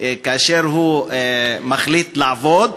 כאשר הוא מחליט לעבוד,